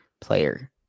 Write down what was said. player